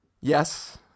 yes